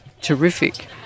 terrific